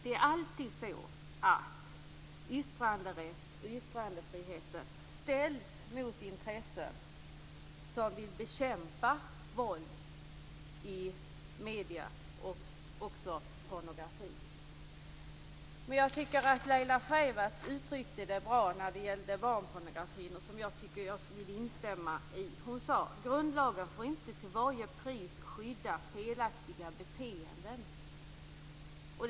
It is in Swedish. Det är alltid så att yttrandefriheten ställs mot intressen som vill bekämpa våld och även pornografi i medier. Jag tycker att Laila Freivalds uttryckte det bra när det gällde barnpornografin. Det vill jag instämma i. Hon sade: Grundlagen får inte till varje pris skydda felaktiga beteenden.